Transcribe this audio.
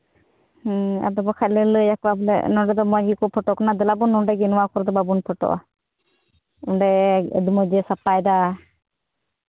ᱦᱮᱸ ᱟᱫᱚ ᱵᱟᱠᱷᱟᱱ ᱞᱮ ᱞᱟᱹᱭᱟᱠᱚᱣᱟ ᱵᱚᱞᱮ ᱱᱚᱰᱮ ᱫᱚ ᱢᱚᱡᱽ ᱜᱮᱠᱚ ᱯᱷᱳᱴᱳ ᱠᱟᱱᱟ ᱫᱮᱞᱟᱵᱚᱱ ᱱᱚᱰᱮ ᱜᱮ ᱱᱚᱣᱟ ᱠᱚᱨᱮ ᱫᱚ ᱵᱟᱵᱚᱱ ᱯᱷᱳᱴᱳᱜᱼᱟ ᱚᱸᱰᱮ ᱟᱹᱰᱤ ᱢᱚᱡᱽ ᱮ ᱥᱟᱯᱷᱟᱭᱮᱫᱟ